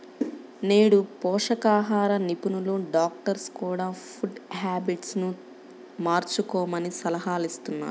నేడు పోషకాహార నిపుణులు, డాక్టర్స్ కూడ ఫుడ్ హ్యాబిట్స్ ను మార్చుకోమని సలహాలిస్తున్నారు